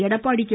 Edappadi K